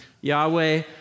Yahweh